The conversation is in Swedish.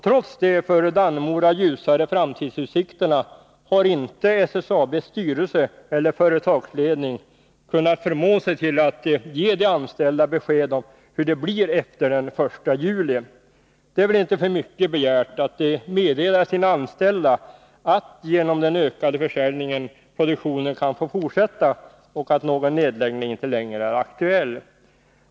Trots de för Dannemora ljusare framtidsutsikterna har SSAB:s styrelse eller företagsledning inte kunnat förmå sig till att ge de anställda besked om hur det blir efter den 1 juli. Det är väl inte för mycket begärt att man meddelar sina anställda att genom den ökade försäljningen produktionen kan få fortsätta och att någon nedläggning inte längre är aktuell.